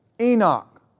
Enoch